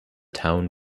town